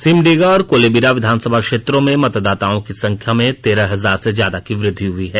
सिमडेगा और कोलेबिरा विधानसभा क्षेत्रों में मतदाताओं की संख्या में तेरह हजार से ज्यादा की वृद्वि हुई है